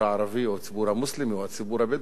הערבי או הציבור המוסלמי או הציבור הבדואי,